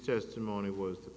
testimony was the